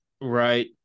Right